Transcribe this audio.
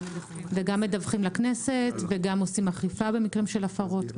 וגם מדווחים לכנסת וגם עושים אכיפה במקרים של הפרות.